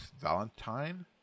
valentine